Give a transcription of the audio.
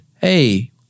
Hey